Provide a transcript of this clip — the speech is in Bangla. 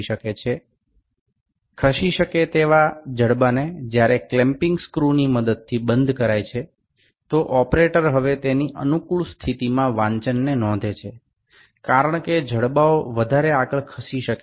চলনযোগ্য বাহুটি যখন এটি বন্ধনী স্ক্রু ব্যবহার করে আঁটকে দেওয়া হয় ব্যবহারকারী তখন একটি সুবিধাজনক অবস্থানে পাঠটি লিখে নেন কারণ বাহুগুলি আর সরবে না